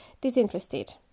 disinterested